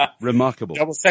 Remarkable